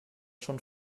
schon